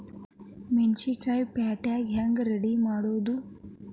ಮೆಣಸಿನಕಾಯಿನ ಪ್ಯಾಟಿಗೆ ಹ್ಯಾಂಗ್ ರೇ ರೆಡಿಮಾಡೋದು?